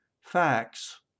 Facts